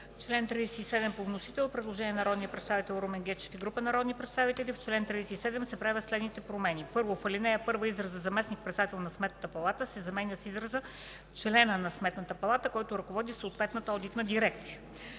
чл. 37 по вносител има предложение от народния представител Румен Гечев и група народни представители – „В чл. 37 се правят следните промени: 1. В ал. 1 изразът „заместник-председател на Сметната палата” се заменя с изразът „члена на Сметната палата, който ръководи съответната одитна дирекция”.